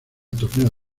torneo